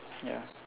ya